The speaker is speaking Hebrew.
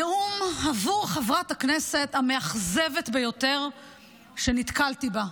נאום עבור חברת הכנסת המאכזבת ביותר שנתקלתי בה,